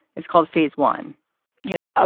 it's called phase one you know, ah